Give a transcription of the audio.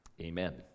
Amen